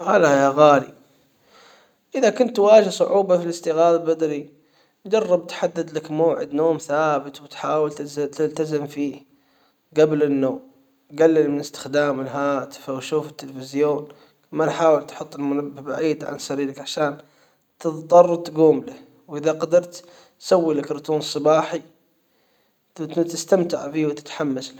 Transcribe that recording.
هلا يا غالي اذا كنت تواجه صعوبة في الاستيقاظ بدري جرب تحدد لك موعد نوم ثابت وتحاول تلتزم فيه جبل النوم جلل من استخدام الهاتف أو شوف التلفزيون ما تحاول تحط المنبه بعيد عن سريرك عشان تظطر تجوم واذا قدرت تسوي لك رتون صباحي تستمتع بيه وتتحمس له.